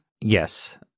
Yes